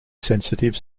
sensitive